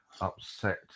upset